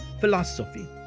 philosophy